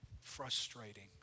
frustrating